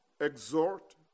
exhort